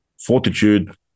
fortitude